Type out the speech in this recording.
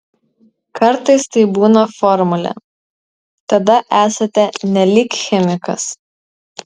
kartais tai būna formulė tada esate nelyg chemikas